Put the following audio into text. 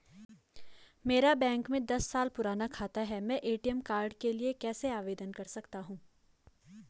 मेरा बैंक में दस साल पुराना खाता है मैं ए.टी.एम कार्ड के लिए कैसे आवेदन कर सकता हूँ?